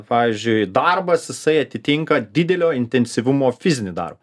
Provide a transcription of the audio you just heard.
pavyzdžiui darbas jisai atitinka didelio intensyvumo fizinį dar